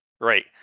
Right